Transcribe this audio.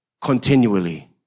continually